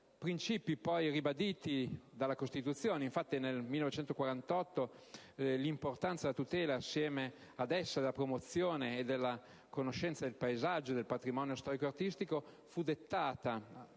principi poi ribaditi dalla Costituzione. Infatti, nel 1948 l'importanza della tutela, insieme alla promozione e alla conoscenza del paesaggio e del patrimonio storico artistico, fu dettata